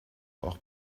auch